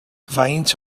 faint